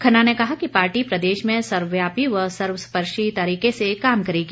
खन्ना ने कहा कि पार्टी प्रदेश में सर्वव्यापी व सर्व स्पर्शी तरीके से काम करेगी